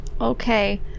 Okay